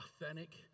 authentic